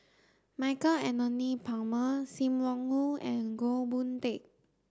Michael Anthony Palmer Sim Wong Hoo and Goh Boon Teck